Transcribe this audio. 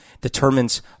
determines